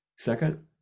second